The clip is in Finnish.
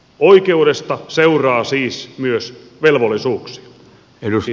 oikeudesta seuraa siis myös velvollisuuksia